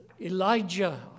Elijah